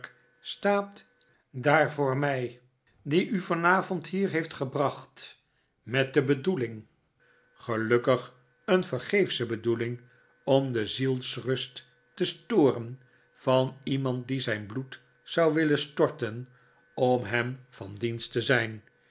staat daar voor mij die u vanavond hier heeft gebracht met de bedoeling gelukkig een vergeefsche bedoeling om de zielsrust te storen van iemand die zijn bloed zou willen storten om hem van dienst te zijn